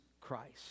Christ